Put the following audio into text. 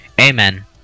amen